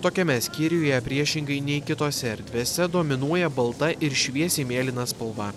tokiame skyriuje priešingai nei kitose erdvėse dominuoja balta ir šviesiai mėlyna spalva